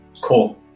cool